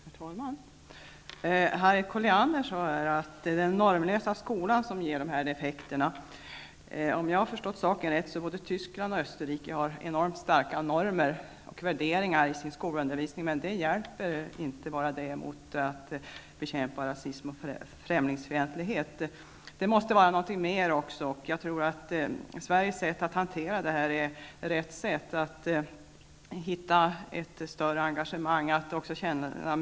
Herr talman! Harriet Colliander sade att det är den normlösa skolan som ger dessa effekter. Om jag har förstått saken rätt, har man både i Tyskland och i Österrike enormt starka normer och värderingar i skolundervisningen. Men det hjälper inte för att bekämpa rasismen och främlingsfientligheten. Där måste finnas något mer. Jag tror att Sveriges sätt att hantera frågan är rätt sätt. Det gäller att hitta ett större engagemang och att ha medkänsla.